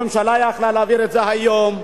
הממשלה היתה יכולה להעביר את זה היום.